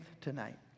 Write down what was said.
tonight